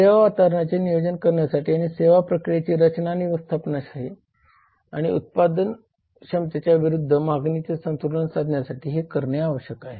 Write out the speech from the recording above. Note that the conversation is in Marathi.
सेवा वातावरणाचे नियोजन करण्यासाठी आणि सेवा प्रक्रियेच्या रचना आणि व्यवस्थापनाशी आणि उत्पादक क्षमतेच्या विरूद्ध मागणीचे संतुलन साधण्यासाठी हे करणे आवश्यक आहे